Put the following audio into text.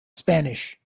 spanish